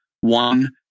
one